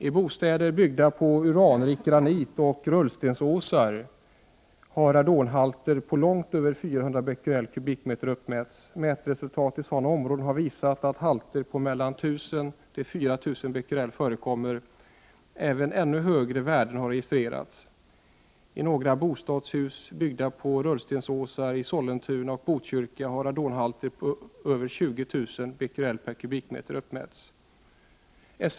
I bostäder byggda på uranrik granit och på rullstensåsar har radonhalter på långt över 400 Bq m? förekommer. Även ännu högre värden har registrerats. I några bostadshus byggda på rullstensåsar i Sollentuna och Botkyrka har radonhalter på över 20 000 Bq/m? uppmätts.